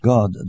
God